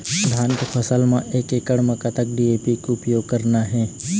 धान के फसल म एक एकड़ म कतक डी.ए.पी के उपयोग करना हे?